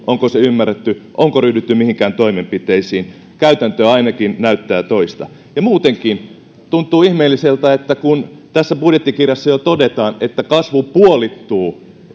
onko se ymmärretty onko ryhdytty mihinkään toimenpiteisiin käytäntö ainakin näyttää toista muutenkin tuntuu ihmeelliseltä että kun tässä budjettikirjassa jo todetaan että kasvu puolittuu